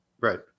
Right